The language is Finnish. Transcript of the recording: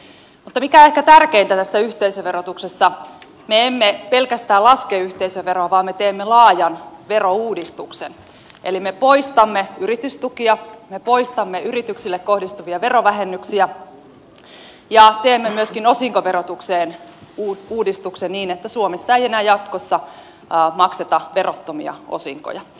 mutta se mikä on ehkä tärkeintä tässä yhteisöverotuksessa on se että me emme pelkästään laske yhteisöveroa vaan me teemme laajan verouudistuksen eli me poistamme yritystukia me poistamme yrityksille kohdistuvia verovähennyksiä ja teemme myöskin osinkoverotukseen uudistuksen niin että suomessa ei enää jatkossa makseta verottomia osinkoja